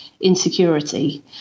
insecurity